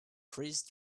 freeze